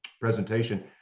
presentation